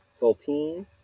Saltine